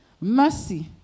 Mercy